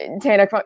Tana